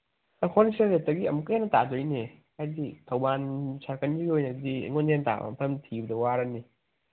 ꯑꯥ wholesale ꯔꯦꯠꯇꯒꯤ ꯑꯃꯨꯛꯀ ꯍꯦꯟꯅ ꯇꯥꯖꯩꯅꯦ ꯍꯥꯏꯗꯤ ꯊꯧꯕꯥꯜ ꯁꯥꯔꯀꯜꯒꯤ ꯑꯣꯏꯅꯗꯤ ꯑꯩꯉꯣꯟꯗꯒꯤ ꯍꯦꯟ ꯇꯥꯕ ꯃꯐꯝ ꯊꯤꯕꯗ ꯋꯥꯔꯅꯤ